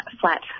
flat